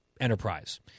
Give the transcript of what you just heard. enterprise